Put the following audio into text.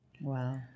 Wow